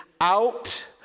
out